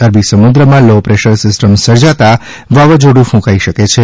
અરબી સમુદ્રમાં low pressure system સર્જાતા વાવાઝોડું કુંકાઇ શકે છે